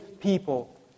people